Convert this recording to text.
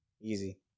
Easy